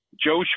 Joe